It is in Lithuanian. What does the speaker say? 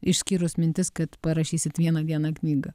išskyrus mintis kad parašysit vieną dieną knygą